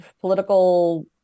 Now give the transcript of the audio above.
political